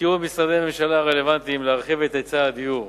בתיאום עם משרדי הממשלה הרלוונטיים להרחיב את היצע הדיור,